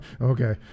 Okay